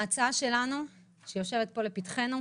ההצעה שלנו שיושבת פה לפתחנו,